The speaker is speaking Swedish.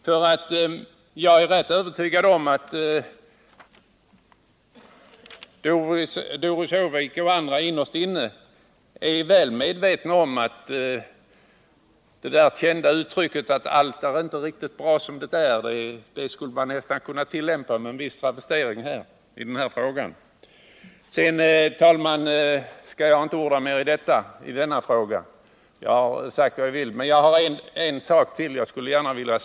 Jag är nämligen rätt övertygad om att Doris Håvik och andra innerst inne är väl medvetna om att uttrycket att allt inte är bra som det är skulle kunna användas i detta fall. Sedan skall jag, herr talman, inte orda mer i denna fråga, men jag vill ta upp ytterligare en sak.